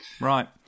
Right